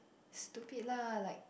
stupid lah like